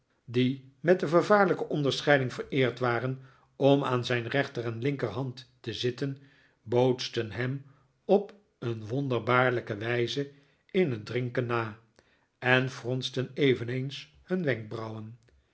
die met de gevaarlijke onderscheiding vereerd waren om aan zijn rechter en linkerhand te zitten bootsten hem op een wonderbaarlijke wijze in het drinken na en fronsten eveneens hun wenkbrauwen